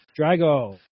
Drago